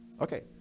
Okay